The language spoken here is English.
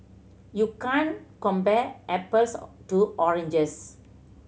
you can compare apples to oranges